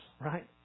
right